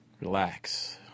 Relax